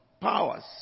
powers